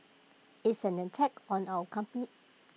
it's an attack on our company